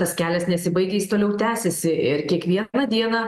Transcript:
tas kelias nesibaigia jis toliau tęsiasi ir kiekvieną dieną